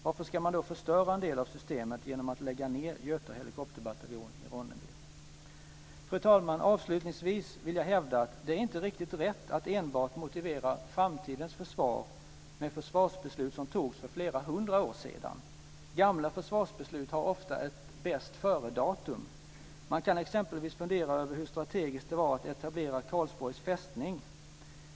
Varför ska man då förstöra en del av systemet genom att lägga ned Göta helikopterbataljon i Ronneby? Fru talman! Avslutningsvis vill jag hävda att det inte är riktigt rätt att enbart motivera framtidens försvar med försvarsbeslut som fattades för flera hundra år sedan. Gamla försvarsbeslut har ofta ett bästföredatum. Man kan exempelvis fundera över hur strategiskt det var att etablera Karlsborgs fästning.